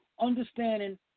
understanding